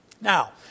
Now